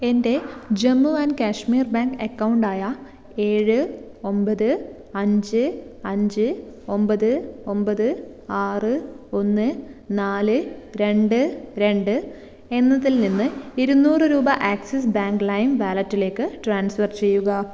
എൻ്റെ Jammu and Kashmir bank account ആയ ഏഴ് ഒമ്പത് അഞ്ച് അഞ്ച് ഒമ്പത് ഒമ്പത് ആറ് ഒന്ന് നാല് രണ്ട് രണ്ട് എന്നതിൽ നിന്ന് ഇരുനൂറ് രൂപ ആക്സിസ് ബാങ്ക് ലൈം വാലറ്റിലേക്ക് ട്രാൻസ്ഫർ ചെയ്യുക